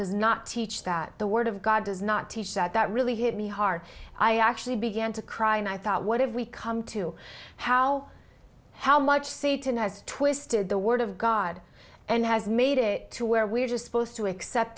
does not teach that the word of god does not teach that that really hit me hard i actually began to cry and i thought what have we come to how how much seed tonight is twisted the word of god and has made it to where we are just supposed to accept